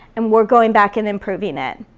and we're going back and improving it.